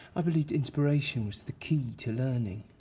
i believed inspiration was the key to learning.